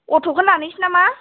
अट'खौनो लानोसै नामा